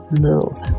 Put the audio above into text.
move